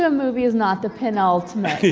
ah movie is not the penultimate